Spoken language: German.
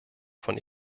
von